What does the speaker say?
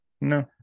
No